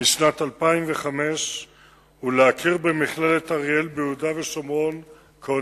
משנת 2005 ולהכיר במכללת אריאל ביהודה ושומרון כאוניברסיטה.